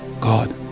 god